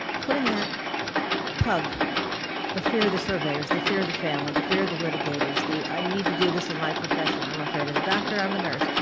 putting that tug the fear of the surveyors, the fear of the family, the fear of the litigators. the i need to do this in my profession i'm afraid of the doctor. i'm the nurse.